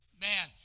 Man